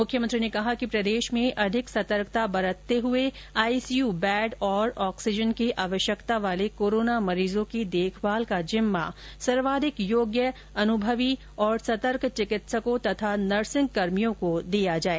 मुख्यमंत्री ने कहा कि प्रदेश में अधिक सतर्कता बरतते हुए आईसीयू बेड और ऑक्सीजन की आवश्यकता वाले कोरोना मरीजों की देखभाल का जिम्मा सर्वाधिक योग्य अनुभवी और सतर्क चिकित्सकों और नर्सिंगकर्मियों को दिया जाए